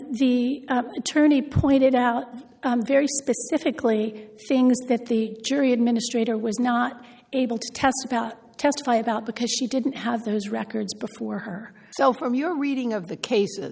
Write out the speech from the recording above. the attorney pointed out very specifically things that the jury administrator was not able to test about testify about because she didn't have those records before her so from your reading of the cases